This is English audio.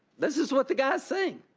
this is what the guy is saying.